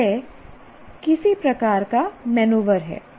तो यह किसी प्रकार का मेनूवर है